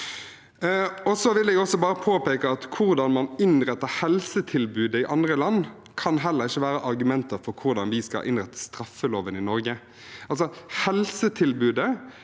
Jeg vil også bare påpeke at hvordan man innretter helsetilbudet i andre land, ikke kan være argumenter for hvordan vi skal innrette straffeloven i Norge. Når det gjelder helsetilbudet,